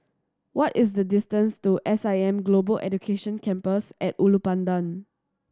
what is the distance to S I M Global Education Campus At Ulu Pandan